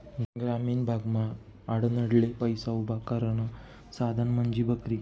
ग्रामीण भागमा आडनडले पैसा उभा करानं साधन म्हंजी बकरी